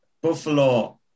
buffalo